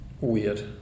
weird